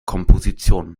komposition